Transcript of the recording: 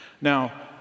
Now